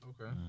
Okay